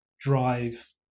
drive